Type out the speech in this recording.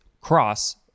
cross